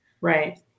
Right